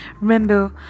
remember